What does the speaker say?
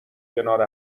کنار